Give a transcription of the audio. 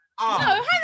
No